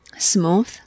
smooth